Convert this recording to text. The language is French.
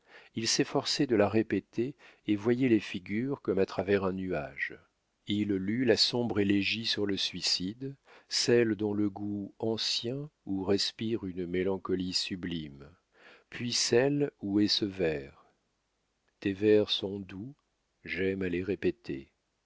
il s'efforçait de la répéter et voyait les figures comme à travers un nuage il lut la sombre élégie sur le suicide celle dans le goût ancien où respire une mélancolie sublime puis celle où est ce vers tes vers sont doux j'aime à les